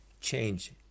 change